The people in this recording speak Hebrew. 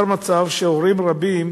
נוצר מצב שהורים רבים,